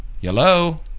Hello